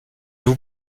vous